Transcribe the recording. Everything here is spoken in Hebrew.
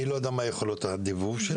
אני לא יודע מה יכולות הדיבוב שלהם